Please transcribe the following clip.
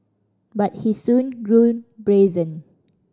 but he soon grew brazen